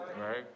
right